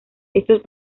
estos